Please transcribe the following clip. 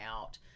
out